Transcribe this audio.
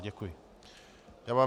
Děkuji vám.